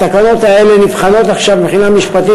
התקנות האלה נבחנות עכשיו בחינה משפטית